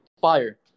fire